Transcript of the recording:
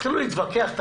יתחילו להתווכח.